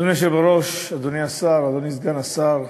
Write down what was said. היושב בראש, אדוני השר, אדוני סגן השר,